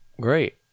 Great